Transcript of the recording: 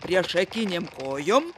priešakinėm kojom